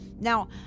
Now